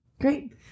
Great